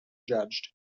judged